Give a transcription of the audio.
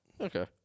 Okay